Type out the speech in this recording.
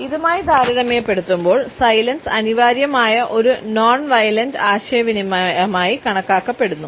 ഇതുമായി താരതമ്യപ്പെടുത്തുമ്പോൾ സൈലൻസ് അനിവാര്യമായ ഒരു നോൺ വൈലൻഡ് ആശയവിനിമയമായി കണക്കാക്കപ്പെടുന്നു